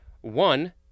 One